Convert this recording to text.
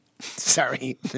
Sorry